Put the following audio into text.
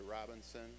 Robinson